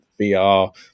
VR